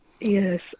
yes